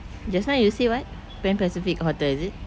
just now you say what Pan Pacific hotel is it